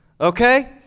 okay